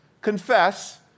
Confess